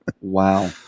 Wow